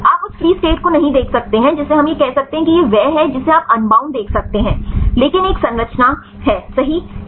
आप उस free state को नहीं देख सकते हैं जिसे हम यह कह सकते हैं कि यह वह है जिसे आप अनबाउंड देख सकते हैं लेकिन एक संरचना सही है